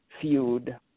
feud